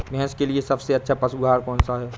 भैंस के लिए सबसे अच्छा पशु आहार कौन सा है?